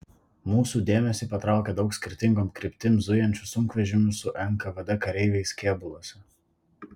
mūsų dėmesį patraukė daug skirtingom kryptim zujančių sunkvežimių su nkvd kareiviais kėbuluose